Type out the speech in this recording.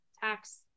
tax